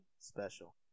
special